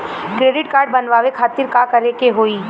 Credit card बनवावे खातिर का करे के होई?